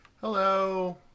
Hello